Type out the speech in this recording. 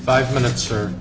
five minutes or